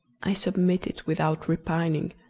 i submitted without repining,